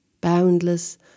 Boundless